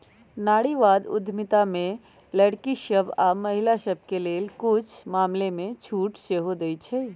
नारीवाद उद्यमिता में लइरकि सभ आऽ महिला सभके लेल कुछ मामलामें छूट सेहो देँइ छै